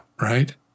Right